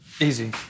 Easy